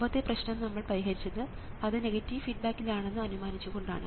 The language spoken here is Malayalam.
മുമ്പത്തെ പ്രശ്നം നമ്മൾ പരിഹരിച്ചത് അത് നെഗറ്റീവ് ഫീഡ്ബാക്കിൽ ആണെന്ന് അനുമാനിച്ചുകൊണ്ടാണ്